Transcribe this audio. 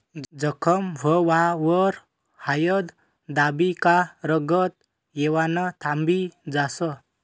जखम व्हवावर हायद दाबी का रंगत येवानं थांबी जास